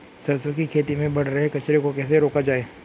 सरसों की खेती में बढ़ रहे कचरे को कैसे रोका जाए?